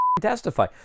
testify